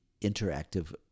interactive